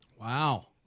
Wow